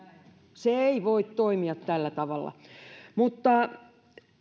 se ei voi toimia tällä tavalla mutta